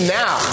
now